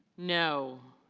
no.